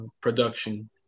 production